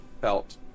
felt